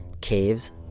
Caves